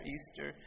Easter